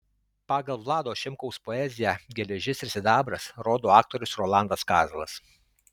pagal vlado šimkaus poeziją geležis ir sidabras rodo aktorius rolandas kazlas